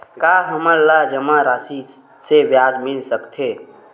का हमन ला जमा राशि से ब्याज मिल सकथे?